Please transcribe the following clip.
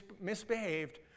misbehaved